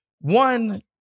one